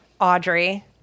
audrey